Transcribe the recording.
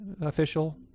official